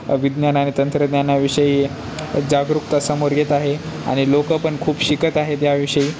विज्ञान आनि तंत्रज्ञानाविषयी जागरूकता समोर येत आहे आणि लोकं पण खूप शिकत आहेत त्या याविषयी